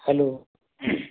hello